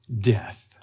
death